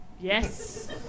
Yes